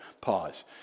Pause